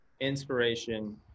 inspiration